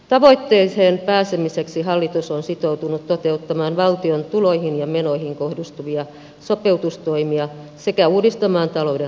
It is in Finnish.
tavoitteeseen pääsemiseksi hallitus on sitoutunut toteuttamaan valtion tuloihin ja menoihin kohdistuvia sopeutustoimia sekä uudistamaan talouden rakenteita